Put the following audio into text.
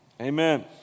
Amen